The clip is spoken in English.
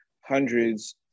hundreds